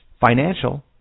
financial